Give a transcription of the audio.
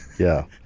yeah,